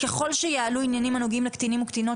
ככל שיעלו עניינים הנוגעים לקטינים וקטינות